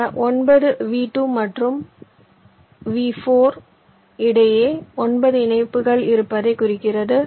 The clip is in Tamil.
இந்த 9 V2 மற்றும் V4 இடையே 9 இணைப்புகள் இருப்பதைக் குறிக்கிறது